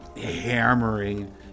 hammering